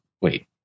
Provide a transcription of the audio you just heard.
wait